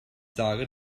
sage